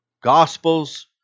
Gospels